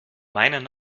meinen